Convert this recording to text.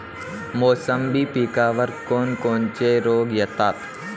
मोसंबी पिकावर कोन कोनचे रोग येतात?